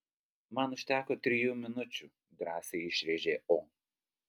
man užteko trijų minučių drąsiai išrėžė o